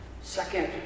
Second